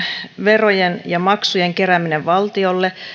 verojen ja maksujen kerääminen valtiolle